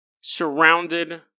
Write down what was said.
surrounded